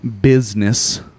business